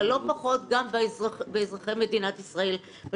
אבל לא פחות גם באזרחי מדינת ישראל.